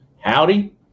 Howdy